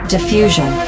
Diffusion